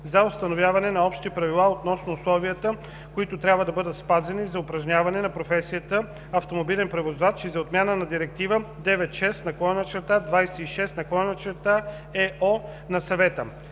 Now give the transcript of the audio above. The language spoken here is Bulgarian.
за установяване на общи правила относно условията, които трябва да бъдат спазени за упражняване на професията автомобилен превозвач, и за отмяна на Директива 96/26/ЕО на Съвета.